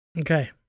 Okay